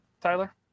Tyler